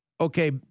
Okay